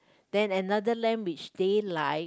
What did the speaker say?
then another lamp which they like